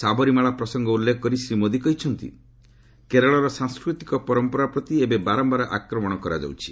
ସାବରୀମାଳା ପ୍ରସଙ୍ଗ ଉଲ୍ଲେଖ କରି ଶ୍ରୀ ମୋଦି କହିଛନ୍ତି କେରଳର ସାଂସ୍କୃତିକ ପରମ୍ପରା ପ୍ରତି ଏବେ ବାରମ୍ଘାର ଆକ୍ରମଣ କରାଯାଉଛି